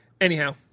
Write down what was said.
Anyhow